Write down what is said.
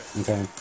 Okay